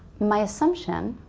my assumption,